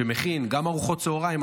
שמכין גם ארוחות צוהריים.